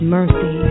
Mercy